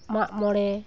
ᱢᱟᱜᱢᱚᱬᱮ